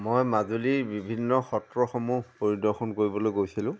মই মাজুলীৰ বিভিন্ন সত্ৰসমূহ পৰিদৰ্শন কৰিবলৈ গৈছিলোঁ